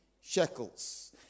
shekels